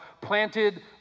planted